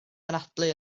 anadlu